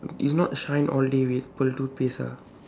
it's not shine all day with pearl toothpaste ah